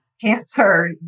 cancer